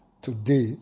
today